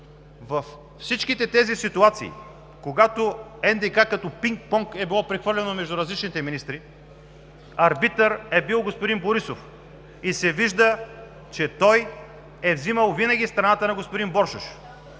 Във всичките тези ситуации когато НДК като пинг-понг е било прехвърляно между различните министри, арбитър е бил господин Борисов и се вижда, че той е взимал винаги страната на господин Боршош.